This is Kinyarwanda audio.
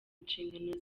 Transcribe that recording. inshingano